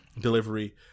delivery